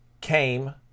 came